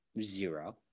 Zero